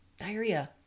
diarrhea